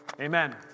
amen